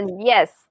Yes